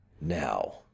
now